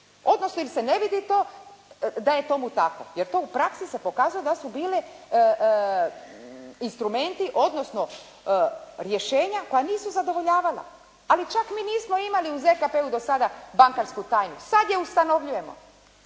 odnosno ili se ne vidi to da je tomu tako, jer to u praksi se pokazalo da su bili instrumenti odnosno rješenja koja nisu zadovoljavala. Ali čak mi nismo imali u ZKP-u do sada bankarsku tajnu. Sad je ustanovljujemo.